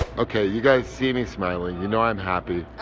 okay, you guys see me smiling. you know i'm happy.